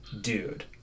dude